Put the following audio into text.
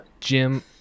jim